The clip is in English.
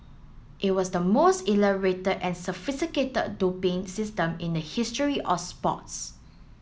it was the most elaborated and sophisticated doping system in the history of sports